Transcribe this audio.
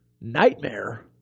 nightmare